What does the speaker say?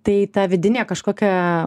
tai ta vidinė kažkokia